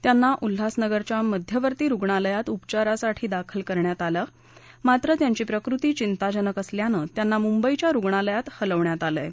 त्यांना उल्हासनगरच्या मध्यवर्ती रुग्णालयात उपचारासाठी दाखल करण्यात आलं मात्र त्यांची प्रकृती चिंताजनक असल्याने त्यांना मुंबईच्या रुग्णालयात हलविण्यात आले आहे